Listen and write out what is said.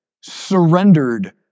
surrendered